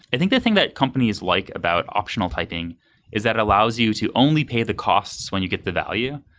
i think the thing that companies like about optional typing is that it allows you to only pay the costs when you get the value.